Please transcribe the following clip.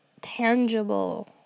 tangible